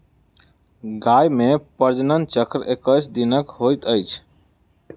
गाय मे प्रजनन चक्र एक्कैस दिनक होइत अछि